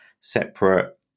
separate